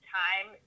time